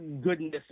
goodness